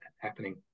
happening